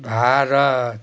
Bharat